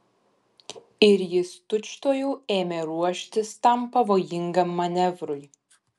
ir jis tučtuojau ėmė ruoštis tam pavojingam manevrui